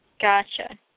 Gotcha